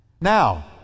now